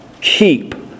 keep